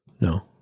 No